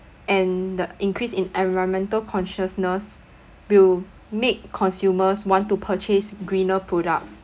and the increase in environmental consciousness will make consumers want to purchase greener products